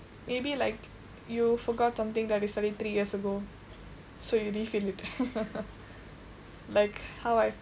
maybe like you forgot something that you studied three years ago so you refill it like how I forget ya